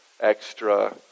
extra